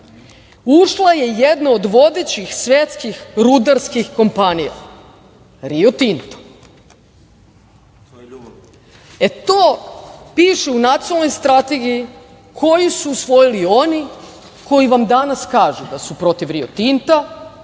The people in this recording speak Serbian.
ušla je jedna od vodećih svetskih rudarskih kompanija Rio Tinto. To piše u nacionalnoj strategiji koju su usvojili oni koji vam danas kažu da su protiv Rio Tinta,